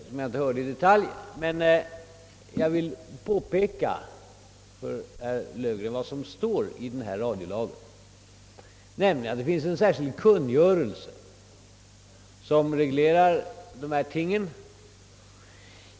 Jag har inte i detalj tagit del av hans anförande, men jag vill påpeka för herr Löfgren vad som stadgas i radiolagen i det berörda avseendet, nämligen att dessa frågor regleras i en särskild kungörelse.